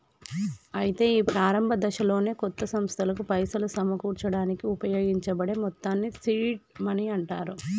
అయితే ఈ ప్రారంభ దశలోనే కొత్త సంస్థలకు పైసలు సమకూర్చడానికి ఉపయోగించబడే మొత్తాన్ని సీడ్ మనీ అంటారు